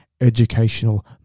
educational